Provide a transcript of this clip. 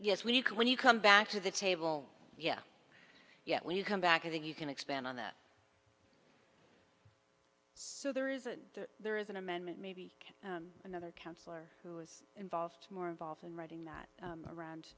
yes when you can when you come back to the table yeah yet when you come back i think you can expand on that so there is a there is an amendment maybe another counselor who was involved more involved in writing that around